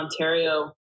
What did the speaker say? Ontario